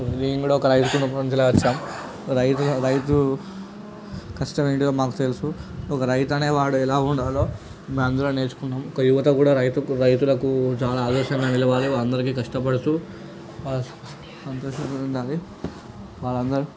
నేను కూడా ఒక రైతు కుటుంబం నుంచి వచ్చాం రైతు రైతు కష్టమేమిటో మాకు తెలుసు ఒక రైతు అనేవాడు ఎలా ఉండాలో మేమందరం నేర్చుకున్నాం యువత కూడా రైతుకు రైతులకు చాలా ఆదర్శముగా నిలవాలి వాళ్ళందరికీ కష్టపడుతూ సంతోషంగా ఉండాలి వాళ్ళందరూ